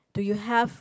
do you have